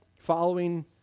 following